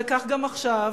וכך גם עכשיו.